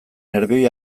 nerbioi